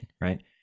right